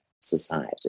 society